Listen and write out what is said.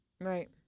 Right